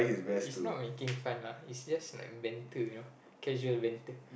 it's not making fun lah it's just like banter you know casual banter